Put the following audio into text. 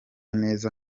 neza